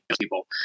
people